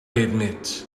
admit